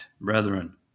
brethren